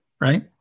right